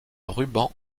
ruban